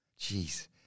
Jeez